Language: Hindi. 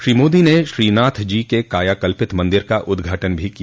श्री मोदी ने श्रीनाथ जी के कायाकल्पित मंदिर का उद्घाटन भी किया